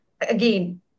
again